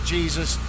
Jesus